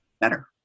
better